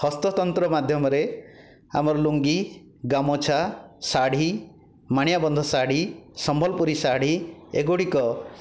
ହସ୍ତତନ୍ତ ମାଧ୍ୟମରେ ଆମର ଲୁଙ୍ଗି ଗାମୁଛା ଶାଢ଼ୀ ମାଣିଆ ବନ୍ଧ ଶାଢ଼ୀ ସମ୍ବଲପୁରୀ ଶାଢ଼ୀ ଏଗୁଡ଼ିକ